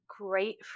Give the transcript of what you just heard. great